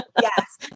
Yes